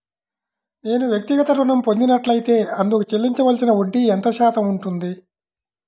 నేను వ్యక్తిగత ఋణం పొందినట్లైతే అందుకు చెల్లించవలసిన వడ్డీ ఎంత శాతం ఉంటుంది?